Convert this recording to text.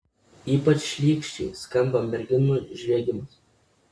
ypač šlykščiai skamba merginų žviegimas